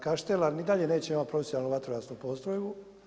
Kaštela ni dalje neće imati profesionalnu vatrogasnu postrojbu.